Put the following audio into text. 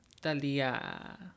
Talia